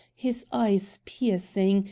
his eyes piercing,